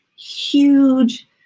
huge